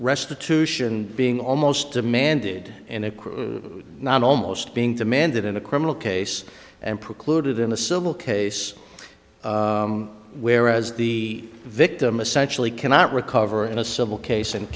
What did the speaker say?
restitution being almost demanded and if not almost being demanded in a criminal case and precluded in the civil case whereas the victim essentially cannot recover in a civil case and